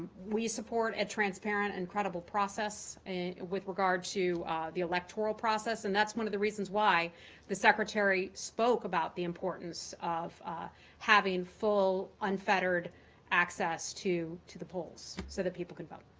we support a transparent and credible process with regard to the electoral process, and that's one of the reasons why the secretary spoke about the importance of having full, unfettered access to to the polls, so that people can vote.